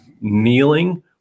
Kneeling